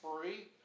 free